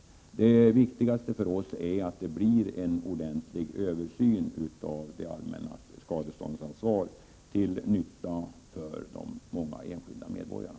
Det viktigaste för oss är att det blir en ordentlig översyn av det allmänna skadeståndsansvaret, till nytta för de många enskilda medborgarna.